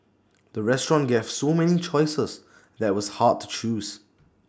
the restaurant gave so many choices that was hard to choose